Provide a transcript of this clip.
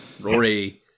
Rory